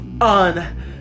on